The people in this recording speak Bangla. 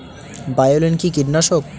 বায়োলিন কি কীটনাশক?